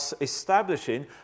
establishing